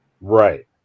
Right